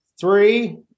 three